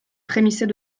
frémissait